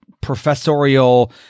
professorial